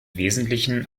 wesentlichen